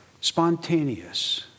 spontaneous